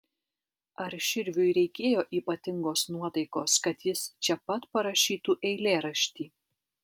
ar širviui reikėjo ypatingos nuotaikos kad jis čia pat parašytų eilėraštį